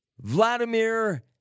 Vladimir